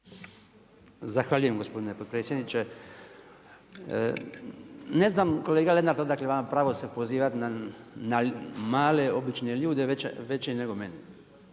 Zahvaljujem gospodine potpredsjedniče. Ne znam kolega Lenart odakle vama pravo se pozivat na male obične ljude …/Govornik